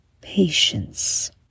patience